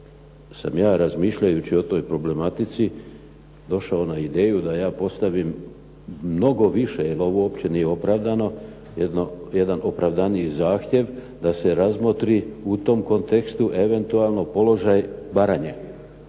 sam ja razmišljajući o toj problematici došao na ideju da ja postavim mnogo više, jel ovo uopće nije opravdano, jedan opravdaniji zahtjev da se razmotri u tom kontekstu eventualno položaj Baranje,